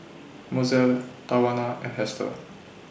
Mozell Tawanna and Hester